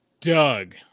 Doug